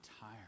tired